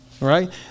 right